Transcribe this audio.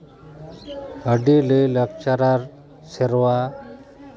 ᱟᱹᱰᱤ ᱞᱟᱭᱼᱞᱟᱠᱪᱟᱨ ᱟᱨ ᱥᱮᱨᱣᱟ